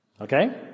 Okay